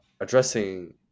addressing